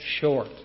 short